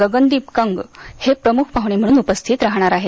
गगन दीप कंग हे प्रमुख पाह्णे म्हणून उपस्थित राहणार आहेत